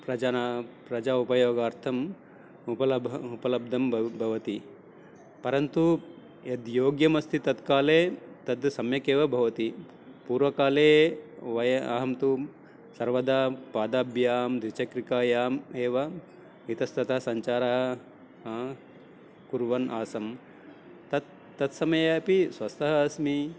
प्रजनाः प्रजाः उपयोगार्थम् उपलभ्य उपलब्धं भव भवति परन्तु यद् योग्यमस्ति तत् काले तद् सम्यक् एव भवति पूर्वकाले वयम् अहं तु सर्वदा पादाभ्यां द्विचक्रिकायाम् एव इतस्तः सञ्चाराः कुर्वन् आसं तत् तत्समये अपि स्वस्थः अस्मि